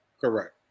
Correct